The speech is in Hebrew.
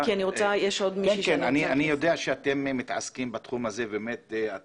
אני יודע שאתם מתעסקים בתחום הזה ועושים